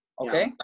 Okay